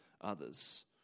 others